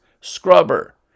Scrubber